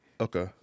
Okay